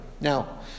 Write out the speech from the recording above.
now